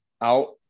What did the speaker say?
out